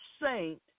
saint